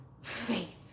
faith